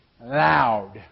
loud